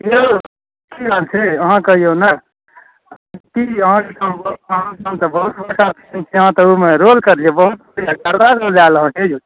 की यौ की हाल छै अहाँ कहियौ ने की अहाँके कहू अहाँके ओहिठाम तऽ बहुत अहाँ तऽ ओहिमे रोल करलियै बहुत शानदार बुझा रहलए यौ